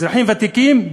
אזרחים ותיקים,